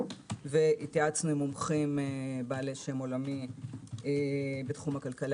והתייעצנו עם מומחים בעלי שם עולמי בתחום הכלכלה